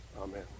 Amen